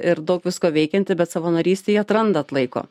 ir daug visko veikianti bet savanorystei atrandat laiko